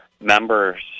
members